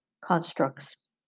constructs